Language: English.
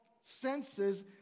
senses